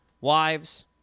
Wives